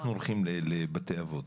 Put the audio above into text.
אנחנו הולכים לבתי אבות,